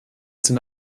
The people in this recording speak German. den